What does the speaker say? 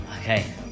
Okay